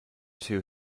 two